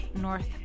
North